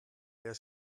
wer